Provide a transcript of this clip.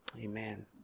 Amen